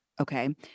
Okay